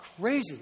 crazy